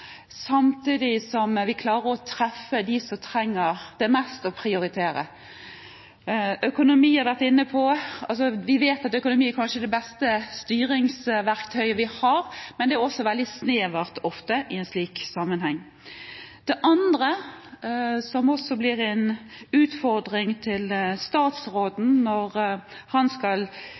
samtidig som vi må klare å treffe dem man mest trenger å prioritere. Økonomi har vi vært inne på. Vi vet at økonomi kanskje er det beste styringsverktøyet vi har, men det er ofte også veldig snevert i en slik sammenheng. Det andre – som også blir en utfordring for statsråden når han skal